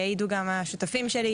ויעידו גם השותפים שלי,